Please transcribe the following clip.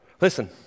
Listen